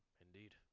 Indeed